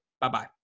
Bye-bye